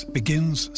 begins